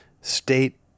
state